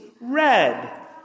red